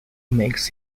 makes